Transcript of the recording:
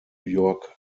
york